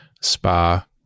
spa